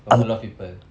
got a lot of people